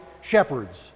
shepherds